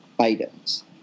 items